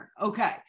okay